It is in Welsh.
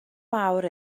mawr